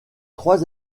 trois